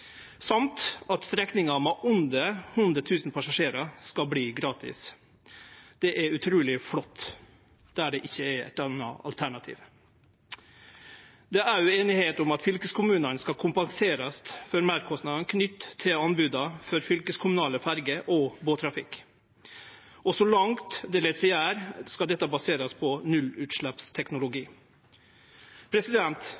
med under 100 000 passasjerar skal verta gratis. Det er utruleg flott – der det ikkje er eit anna alternativ. Det er òg einigheit om at fylkeskommunane skal kompenserast for meirkostnaden knytt til anboda for fylkeskommunale ferjer og båttrafikk. Så langt det lèt seg gjere, skal dette baserast på